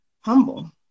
humble